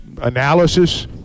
analysis